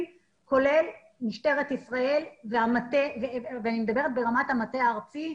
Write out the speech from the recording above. כולל משטרת ישראל ואני מדברת ברמת המטה הארצי,